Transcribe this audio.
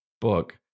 book